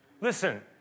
listen